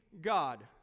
God